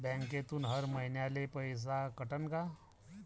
बँकेतून हर महिन्याले पैसा कटन का?